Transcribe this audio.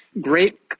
great